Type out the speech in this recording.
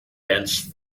dense